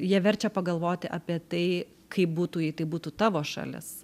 jie verčia pagalvoti apie tai kaip būtų jei tai būtų tavo šalis